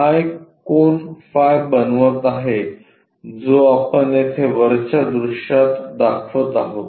हा एक कोन फाय बनवित आहे जो आपण येथे वरच्या दृश्यात दाखवत आहोत